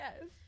Yes